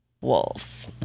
wolves